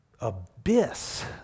abyss